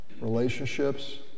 Relationships